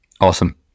Awesome